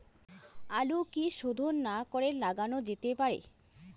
আলু কি শোধন না করে লাগানো যেতে পারে?